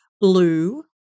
blue